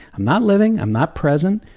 i'm not living, i'm not present,